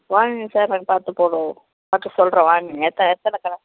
வாங்குங்க சார் நாங்கள் பார்த்துப் போடுவோம் பார்த்து சொல்கிறோம் வாங்குங்கள்